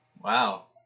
Wow